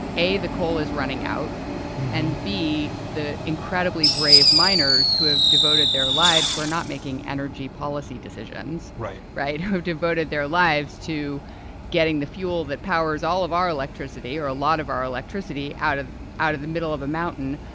a coal is running out and b, the incredibly brave miners who have devoted their lives, who are not making energy policy decisions. right. right. who have devoted their lives to getting the fuel that powers all of our electricity or a lot of our electricity out of out of the middle of a mountain,